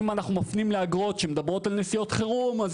אם אנחנו מפנים לאגרות שמדברות על נסיעות חירום אז